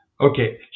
Okay